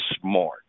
smart